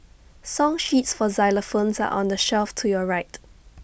song sheets for xylophones are on the shelf to your right